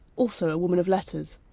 also a woman of letters.